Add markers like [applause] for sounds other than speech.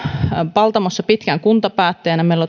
paltamossa pitkään kuntapäättäjänä meillä [unintelligible]